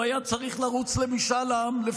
הוא היה צריך לרוץ למשאל עם?